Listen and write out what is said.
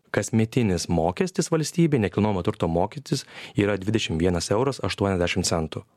kasmetinis mokestis valstybei nekilnojamo turto mokestis yra dvidešimt vienas euras aštuoniasdešimt centų